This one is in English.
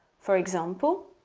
for example,